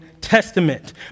Testament